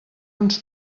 uns